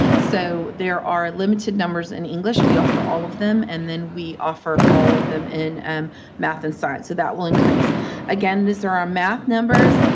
so, there are limited numbers in english. we offer all of them, and then we offer all of them in um math and science, so, that will increase again, these are our math numbers.